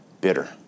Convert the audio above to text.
Bitter